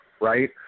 right